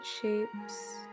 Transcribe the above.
shapes